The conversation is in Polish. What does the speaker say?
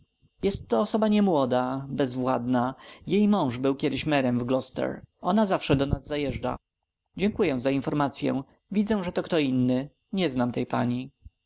jest to osoba niemłoda bezwładna jej mąż był niegdyś merem w gloucester ona zawsze do nas zajeżdża dziękuję za informacye widzę że to kto inny nie znam tej pani